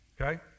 okay